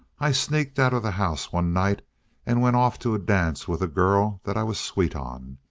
i sneaked out of the house one night and went off to a dance with a girl that i was sweet on.